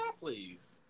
please